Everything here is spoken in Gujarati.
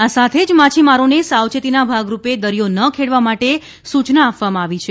આ સાથે જ માછીમારોને સાવચેતીના ભાગરૂપે દરિયો ન ખેડવા માટે સૂચના આપવામાં આવી છે